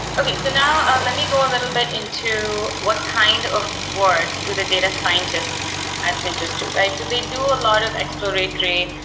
okay. so now ah let me go a little bit into what kind of work do the data scientists at pinterest do, right? they do a lot of exploratory,